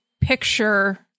picture